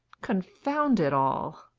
confound it all!